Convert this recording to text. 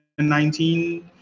2019